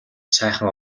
сайхан